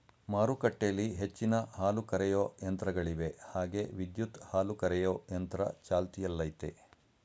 ಮಾರುಕಟ್ಟೆಲಿ ಹೆಚ್ಚಿನ ಹಾಲುಕರೆಯೋ ಯಂತ್ರಗಳಿವೆ ಹಾಗೆ ವಿದ್ಯುತ್ ಹಾಲುಕರೆಯೊ ಯಂತ್ರ ಚಾಲ್ತಿಯಲ್ಲಯ್ತೆ